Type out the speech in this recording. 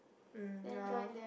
mm ya lor